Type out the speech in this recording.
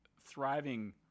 thriving